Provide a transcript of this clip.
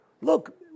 Look